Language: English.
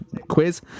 quiz